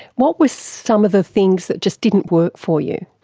what were some of the things that just didn't work for you?